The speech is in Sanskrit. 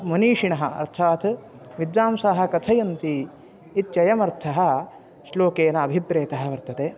मनीषिणः अर्थात् विद्वांसः कथयन्ति इत्ययम् अर्थः श्लोकेन अभिप्रेतः वर्तते